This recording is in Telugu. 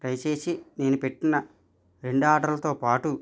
దయచేసి నేను పెట్టిన రెండు ఆర్డర్లతో పాటు